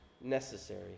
necessary